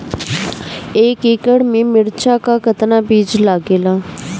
एक एकड़ में मिर्चा का कितना बीज लागेला?